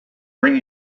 bring